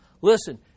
Listen